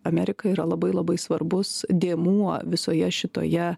amerika yra labai labai svarbus dėmuo visoje šitoje